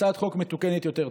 הצעת חוק מתוקנת יותר.